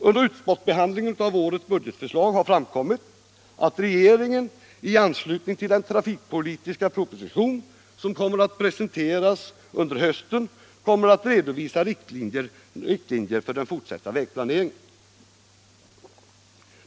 Under utskottsbehandlingen av årets budgetförslag har framgått att regeringen i anslutning till den trafikpolitiska proposition som kommer att presenteras under hösten ämnar redovisa riktlinjer för den fortsatta vägplaneringen.